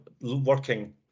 working